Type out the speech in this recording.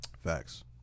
Facts